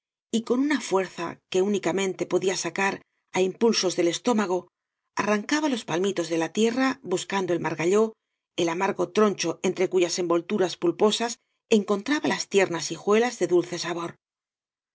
y con una fuerza que únicamente podía sacar á impulsos del estómago arrancaba los palmitos do la tierra buscando el margalló el amargo troncho entre cuyas envoltu ras pulposas encontraba las tiernas hijuelas de dulce sabor